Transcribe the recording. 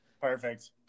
Perfect